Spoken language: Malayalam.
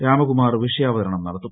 രാമകുമാർ വിഷയാവതരണം നടത്തും